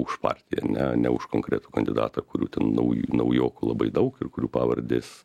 už partiją ne ne už konkretų kandidatą kurių ten nau naujokų labai daug ir kurių pavardės